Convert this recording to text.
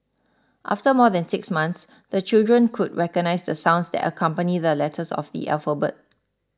after more than six months the children could recognise the sounds that accompany the letters of the alphabet